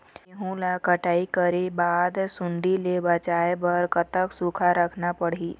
गेहूं ला कटाई करे बाद सुण्डी ले बचाए बर कतक सूखा रखना पड़ही?